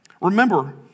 remember